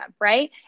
right